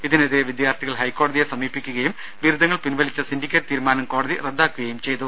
ഇതിനെതിരെ വിദ്യാർത്ഥികൾ ഹൈക്കോടതിയെ സമീപിക്കുകയും ബിരുദങ്ങൾ പിൻവലിച്ച സിൻഡിക്കേറ്റ് തീരുമാനം കോടതി റദ്ദാക്കുകയും ചെയ്തു